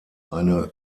eine